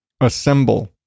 assemble